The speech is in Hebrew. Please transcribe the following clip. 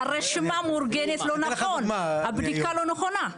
הרשימה מאורגנת לא נכון, הבדיקה לא נכונה.